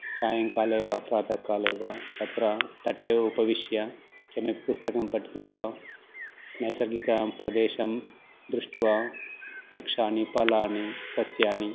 सायङ्काले वा प्रातःकाले वा तत्र तटे उपविश्य केन पुस्तकं पठितुं वा नैसर्गिकप्रदेशं दृष्ट्वा वृक्षाणि फलानि सस्यानि